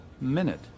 minute